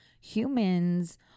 humans